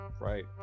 right